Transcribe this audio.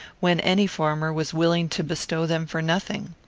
when any farmer was willing to bestow them for nothing.